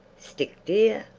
stick, dear?